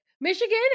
Michigan